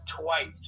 twice